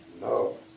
no